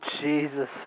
Jesus